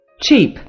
cheap